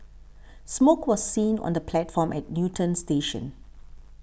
smoke was seen on the platform at Newton station